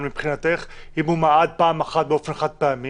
מבחינתך אם הוא מעד פעם אחת באופן חד-פעמי?